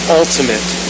ultimate